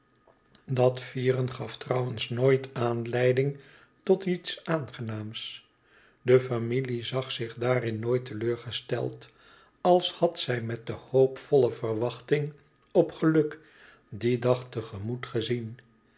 dat vieren gaf trouwens nooit aanleiding tot iets aangenaams de familie zag zich daarin nooit te leur gesteld als had zij met de hoopvolle verwachting op geluk dien dag te gemoet gezien